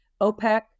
OPEC